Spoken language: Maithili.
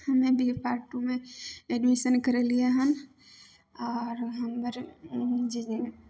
हमे भी पार्ट टूमे एडमिशन करेलियै हन आर हमर जे